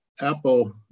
Apple